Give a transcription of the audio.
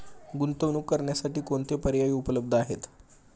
गुंतवणूक करण्यासाठी कोणते पर्याय उपलब्ध आहेत?